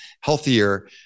healthier